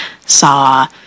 saw